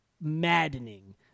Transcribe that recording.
maddening